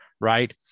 right